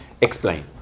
Explain